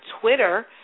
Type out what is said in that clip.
Twitter